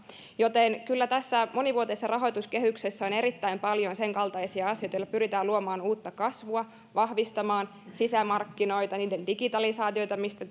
joten kyllä tässä monivuotisessa rahoituskehyksessä on erittäin paljon sen kaltaisia asioita joilla pyritään luomaan uutta kasvua vahvistamaan sisämarkkinoita niiden digitalisaatiota mistä